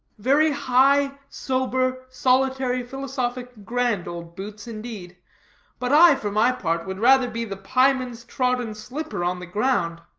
very high, sober, solitary, philosophic, grand, old boots, indeed but i, for my part, would rather be the pieman's trodden slipper on the ground.